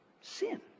sin